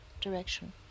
direction